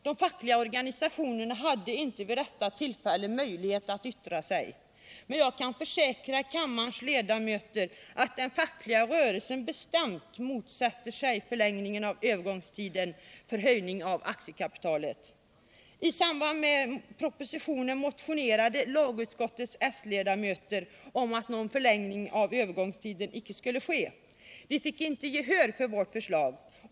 De fackliga organisationerna hade inte vid det tillfället möjlighet att yttra sig. Men jag kan försäkra kammarens ledamöter, att den fackliga rörelsen bestämt motsätter sig en förlängning av övergångstiden för höjning av aktiekapitalet. I samband med propositionen motionerade lagutskottets s-ledamöter om att någon förlängning av övergångstiden inte skulle ske. Vi fick inget gehör för vårt förslag.